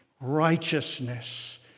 righteousness